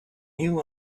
new